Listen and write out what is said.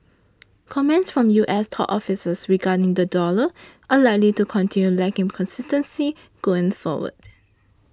comments from U S top officials regarding the dollar are likely to continue lacking consistency going forward